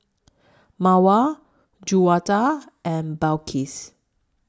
Mawar Juwita and Balqis